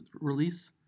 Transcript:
release